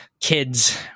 kids